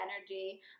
energy